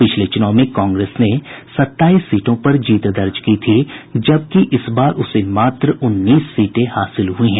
पिछले चुनाव में कांग्रेस ने सत्ताईस सीटों पर जीत दर्ज की थी जबकि इस बार उसे मात्र उन्नीस सीटें हासिल हुई हैं